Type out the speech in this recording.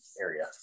area